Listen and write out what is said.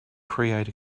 create